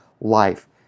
life